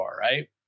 right